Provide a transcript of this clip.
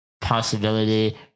possibility